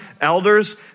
Elders